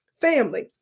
Family